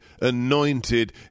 anointed